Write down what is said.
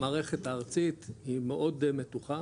המערכת הארצית היא מאוד מתוחה,